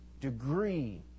degree